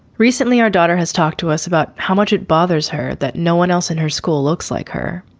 recently, our daughter has talked to us about how much it bothers her that no one else in her school looks like her.